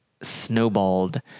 snowballed